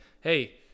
hey